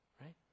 right